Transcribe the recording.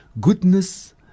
goodness